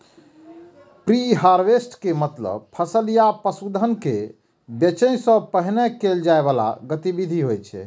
preharvest के मतलब फसल या पशुधन कें बेचै सं पहिने कैल जाइ बला गतिविधि होइ छै